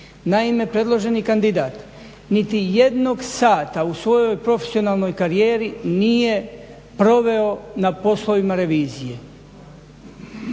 Naime, predloženi kandidat nitijednog sata u svojoj profesionalnoj karijeri nije proveo na poslovima revizije.